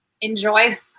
enjoy